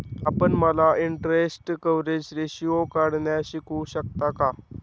आपण मला interest coverage ratio काढण्यास शिकवू शकता का?